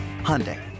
Hyundai